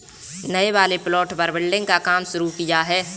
नए वाले प्लॉट पर बिल्डिंग का काम शुरू किया है